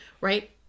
right